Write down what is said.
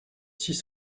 six